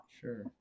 sure